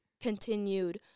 continued